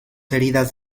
heridas